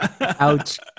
Ouch